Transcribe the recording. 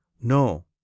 No